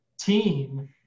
team